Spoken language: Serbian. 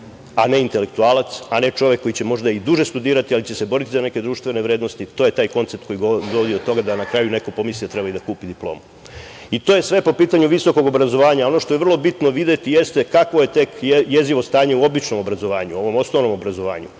a ne intelektualac, a ne čovek koji će možda i duže studirati, ali će se boriti za neke društvene vrednosti, to je taj koncept koji dovodi do toga da na kraju neko pomisli da treba i da kupi diplomu. To je sve po pitanju visokog obrazovanja. Ono što je vrlo bitno videti jeste kakvo je tek jezivo stanje u običnom obrazovanju, u ovom osnovnom obrazovanju,